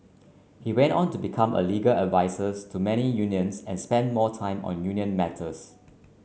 he went on to become a legal advisors to many unions and spent more time on union matters